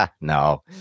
No